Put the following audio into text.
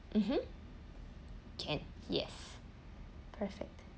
mmhmm can yes perfect